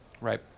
Right